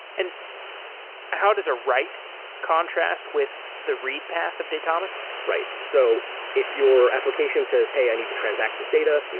and how does a write contrast with the read path of datomic? right. so if your application says, hey, i need to transact this data.